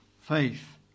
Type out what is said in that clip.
faith